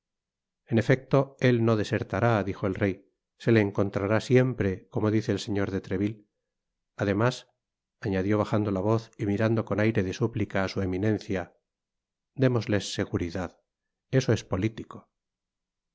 en efecto él no desertará dijo el rey se le encontrará siempre como dice el señor de treville además añadió bajando la voz y mirando con aire de súplicaá su eminencia démosles seguridad eso es politico